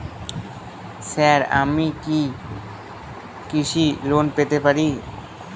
Sir আমি কি কৃষি লোন পেতে পারি?